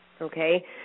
okay